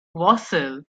wassail